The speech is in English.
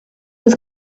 was